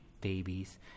babies